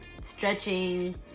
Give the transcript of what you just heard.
Stretching